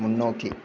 முன்னோக்கி